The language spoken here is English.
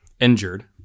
injured